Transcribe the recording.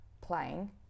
playing